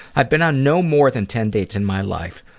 i've been on no more than ten dates in my life.